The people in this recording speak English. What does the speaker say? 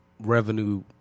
revenue